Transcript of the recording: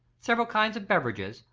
several kinds of beverages,